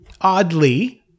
Oddly